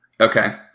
Okay